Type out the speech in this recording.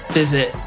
visit